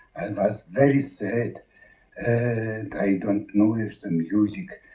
was very sad and i don't know if the music